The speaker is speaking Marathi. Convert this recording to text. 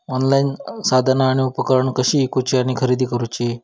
ऑनलाईन साधना आणि उपकरणा कशी ईकूची आणि खरेदी करुची?